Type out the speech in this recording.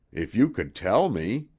if you could tell me?